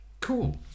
cool